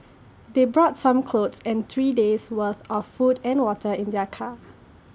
they brought some clothes and three days'worth of food and water in their car